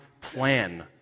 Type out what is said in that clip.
plan